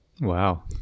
Wow